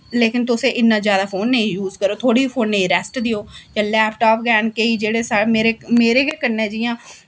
लेकिन तुस इन्ना जादा फोन नेईं यूज करो थोह्ड़ी फोनै गी रैस्ट देओ जां लैपटाप गै न केईं जेह्ड़े मेरे गै कन्नै जियां